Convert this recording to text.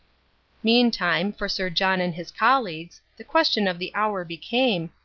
meantime, for sir john and his colleagues, the question of the hour became,